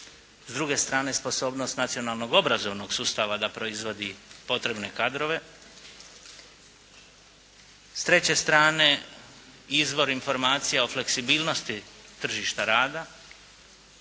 s druge strane sposobnost nacionalnog obrazovnog sustava da proizvodi potrebne kadrove. S treće strane izvor informacija o fleksibilnosti tržišta rada,